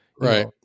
Right